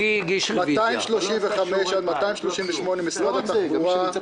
מס' 235 238 לא אושרה.